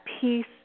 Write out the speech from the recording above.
peace